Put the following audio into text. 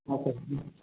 अच्छा ठीक छै